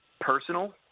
personal